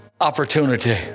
opportunity